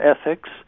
ethics